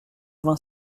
vingt